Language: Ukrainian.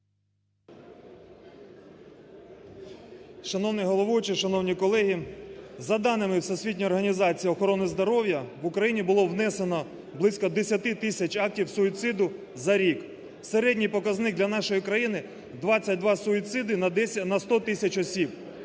Шановний головуючий! Шановні колеги! За даними Всесвітньої організації охорони здоров'я в Україні було внесено близько 10 тисяч актів суїциду за рік. Середній показник для нашої країни – 22 суїциди на 10… на 100 тисяч осіб.